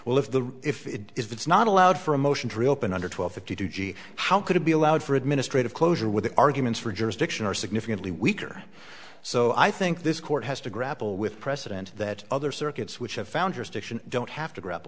well if the if it's not allowed for a motion to reopen under twelve fifty two g how could it be allowed for administrative closure with the arguments for jurisdiction are significantly weaker so i think this court has to grapple with precedent that other circuits which have found restriction don't have to gra